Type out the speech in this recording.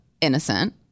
innocent